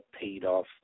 paid-off